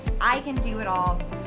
I-can-do-it-all